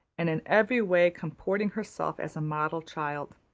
and in every way comporting herself as a model child.